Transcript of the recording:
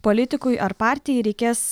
politikui ar partijai reikės